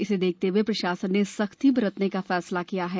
इसे देखते हुए प्रशासन ने सख्ती बरतने का फैसला किया है